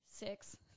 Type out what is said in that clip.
six